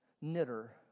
knitter